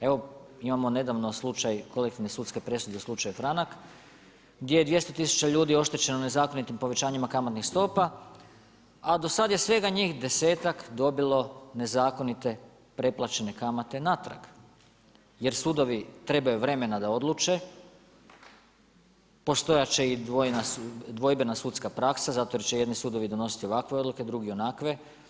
Evo imamo nedavno slučaj kolektivne sudske presude u slučaju Franak, gdje je 200 tisuća ljudi oštećeno nezakonitim povećanjima kamatnih stopa a do sada je svega njih 10-ak dobilo nezakonite preplaćene kamate natrag jer sudovi trebaju vremena da odluče, postojati će i dvojbena sudska praksa zato jer će jedni sudovi donositi ovakve odluke, drugi onakve.